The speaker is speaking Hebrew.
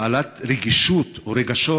בעלת רגישות ורגשות,